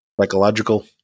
psychological